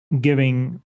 giving